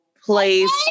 place